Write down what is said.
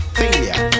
failure